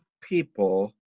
people